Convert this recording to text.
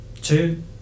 Two